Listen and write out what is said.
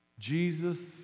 Jesus